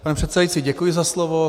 Pane předsedající, děkuji za slovo.